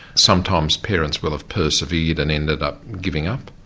sometimes parents will have persevered and ended up giving up,